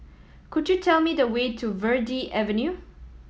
could you tell me the way to Verde Avenue